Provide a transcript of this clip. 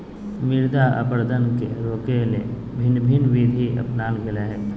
मृदा अपरदन के रोकय ले भिन्न भिन्न विधि अपनाल गेल हइ